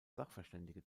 sachverständige